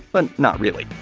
but not really.